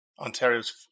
Ontario's